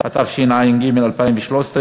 התשע"ג 2013,